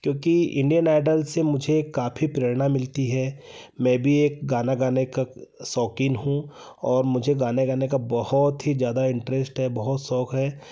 क्योंकि Indian Idol से मुझे काफी प्रेरणा मिलती है मैं भी एक गाना गाने का शौकीन हूँ और मुझे गाना गाने का बहुत ही ज्यादा इंटरेस्ट है बहुत शौक है